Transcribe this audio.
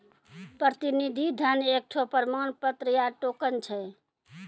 प्रतिनिधि धन एकठो प्रमाण पत्र या टोकन छै